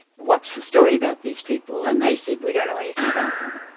what's the story about these people? and they said, we don't know anything about them.